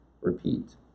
Repeat